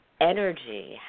energy